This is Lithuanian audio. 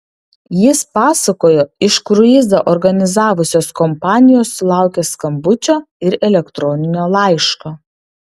jis pasakojo iš kruizą organizavusios kompanijos sulaukęs skambučio ir elektroninio laiško